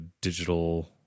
digital